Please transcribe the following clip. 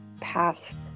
past